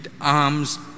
arms